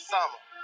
Summer